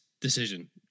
decision